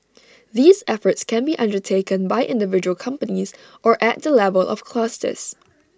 these efforts can be undertaken by individual companies or at the level of clusters